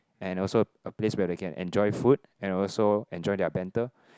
and also a place where they can enjoy food and also enjoy their banter